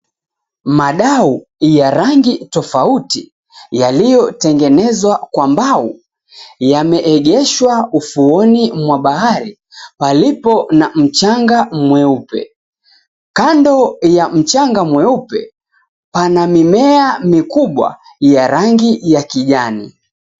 Madau ya rangi tofauti yaliotengenezwa kwa mbao yameegeshwa ufuoni mwa bahari palipo na mchanga mweupe. Kando ya mchanga mweupe pana mimea mikubwa ya rangi ya kijani.